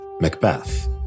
Macbeth